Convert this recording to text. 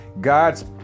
God's